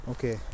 Okay